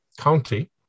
County